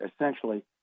Essentially